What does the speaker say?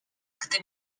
gdy